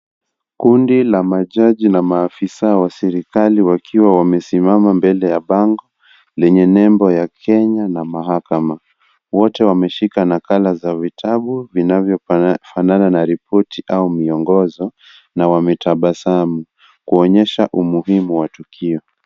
Kundi la majaji na maafisa wa serikali wakiwa wamesimama mbele ya bango lenye nembo ya Kenya na mahakama wote wameshika nakala za vitabu vinavyo fanana na ripoti au miongozo na wametabasamu kuonyesha umuhimu wa tukio.